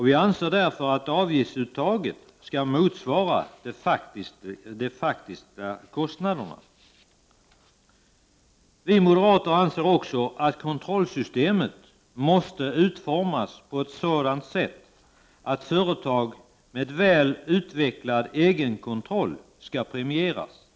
Vi anser att avgiftsuttaget skall motsvara de faktiska kostnaderna. Vi moderater anser också att kontrollsystemet måste utformas på ett så dant sätt att företag med väl utvecklad egenkontroll skall premieras. Detta Prot.